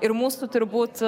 ir mūsų turbūt